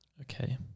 Okay